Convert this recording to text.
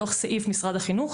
בתוך סעיף משרד החינוך,